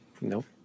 Nope